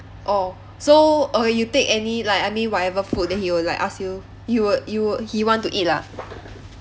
orh so uh you take any like I mean whatever food then he will like ask you he would he would he want to eat lah